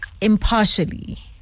impartially